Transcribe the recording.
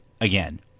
again